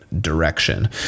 direction